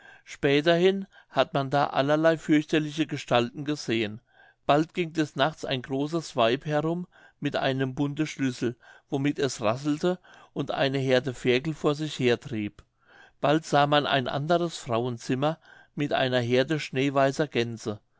späterhin hat man da allerlei fürchterliche gestalten gesehen bald ging des nachts ein großes weib herum mit einem bunde schlüssel womit sie rasselte und eine heerde ferkel vor sich hertreibend bald sah man ein anderes frauenzimmer mit einer heerde schneeweißer gänse